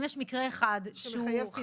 אם יש מקרה אחד שהוא חמור.